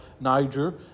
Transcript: Niger